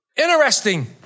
Interesting